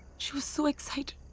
she was so excited.